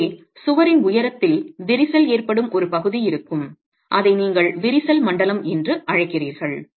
எனவே சுவரின் உயரத்தில் விரிசல் ஏற்படும் ஒரு பகுதி இருக்கும் அதை நீங்கள் விரிசல் மண்டலம் என்று அழைக்கிறீர்கள்